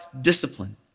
discipline